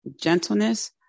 gentleness